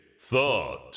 thought